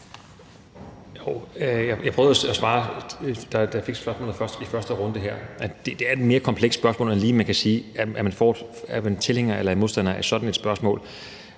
Jeg prøvede at svare, da jeg fik spørgsmålet i første runde her, at det er et mere komplekst spørgsmål, i forhold til at man lige kan sige, om man er tilhænger eller modstander af det.